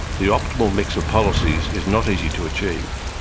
the optimal mix of policies is not easy to achieve,